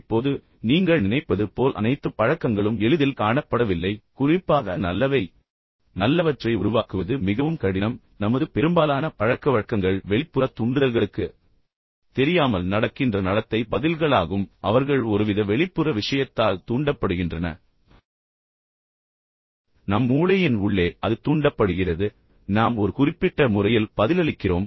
இப்போது நீங்கள் நினைப்பது போல் அனைத்து பழக்கங்களும் எளிதில் காணப்படவில்லை குறிப்பாக நல்லவை நல்லவற்றை உருவாக்குவது மிகவும் கடினம் மற்றும் நமது பெரும்பாலான பழக்கவழக்கங்கள் வெளிப்புற தூண்டுதல்களுக்கு தெரியாமல் நடக்கின்ற நடத்தை பதில்களாகும் அவர்கள் ஒருவித வெளிப்புற விஷயத்தால் தூண்டப்படுகின்றன ஆனால் நம் மூளையின் உள்ளே அது தூண்டப்படுகிறது பின்னர் நாம் ஒரு குறிப்பிட்ட முறையில் பதிலளிக்கிறோம்